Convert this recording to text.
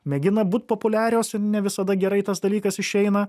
mėgina būt populiarios ir ne visada gerai tas dalykas išeina